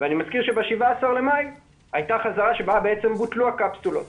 ואני מזכיר שב-17 במאי הייתה חזרה שבה בעצם בוטלו הקפסולות.